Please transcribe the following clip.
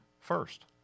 first